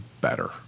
better